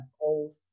old